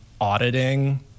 auditing